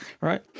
right